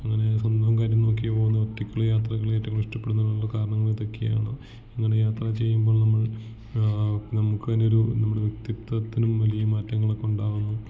അങ്ങനെ സ്വന്തം കാര്യം നോക്കി പോകുന്ന ഒറ്റയ്കുള്ള യാത്രകളെ ഏറ്റവും കൂടുതൽ ഇഷ്ടപ്പെടുന്നതിനുള്ള കാരണങ്ങള് ഇതൊക്കെയാണ് അങ്ങനെ യാത്രകൾ ചെയ്യുമ്പോൾ നമ്മൾ നമുക്ക് തന്നെ ഒരു നമ്മുടെ വ്യക്തിത്വത്തിനും വലിയ മാറ്റങ്ങളൊക്കെ ഉണ്ടാകുന്നു